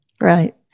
Right